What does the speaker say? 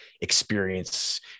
experience